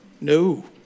No